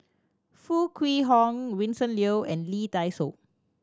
Foo Kwee Horng Vincent Leow and Lee Dai Soh